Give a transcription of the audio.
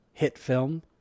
HitFilm